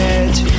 edge